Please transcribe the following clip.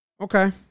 Okay